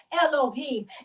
Elohim